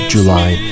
July